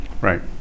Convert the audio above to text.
right